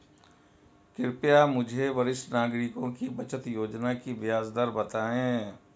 कृपया मुझे वरिष्ठ नागरिकों की बचत योजना की ब्याज दर बताएं